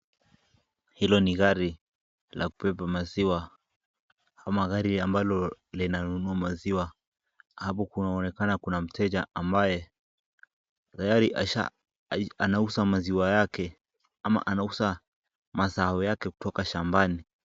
Hilo ni gari la kubeba maziwa ama gari ambalo linanunua maziwa. Hapa kunaonekana kuna mteja ambaye, tayari anauza maziwa yake ama anauza mazao yake kutoka shambani.